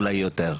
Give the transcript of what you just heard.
אולי יותר,